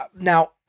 now